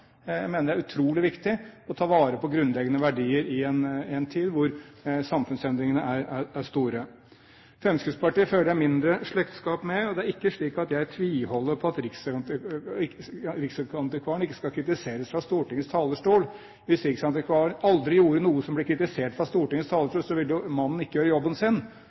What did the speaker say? Jeg mener det er utrolig viktig å ta vare på grunnleggende verdier i en tid hvor samfunnsendringene er store. Fremskrittspartiet føler jeg mindre slektskap med. Og det er ikke slik at jeg tvilholder på at riksantikvaren ikke skal kritiseres fra Stortingets talerstol. Hvis riksantikvaren aldri gjorde noe som ble kritisert fra Stortingets talerstol, ville jo ikke mannen gjøre jobben sin.